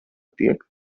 tiek